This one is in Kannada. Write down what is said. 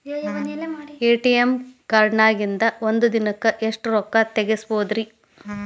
ಎ.ಟಿ.ಎಂ ಕಾರ್ಡ್ನ್ಯಾಗಿನ್ದ್ ಒಂದ್ ದಿನಕ್ಕ್ ಎಷ್ಟ ರೊಕ್ಕಾ ತೆಗಸ್ಬೋದ್ರಿ?